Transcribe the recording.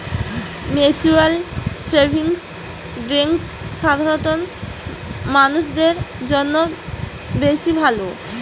mutual savings bank সাধারণ মানুষদের জন্য বেশ ভালো